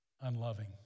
unloving